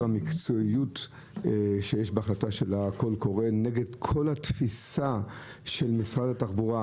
המקצועיות שיש בהחלטה של הקול הקורא נגד כל התפיסה של משרד התחבורה,